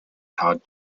todd